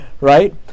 right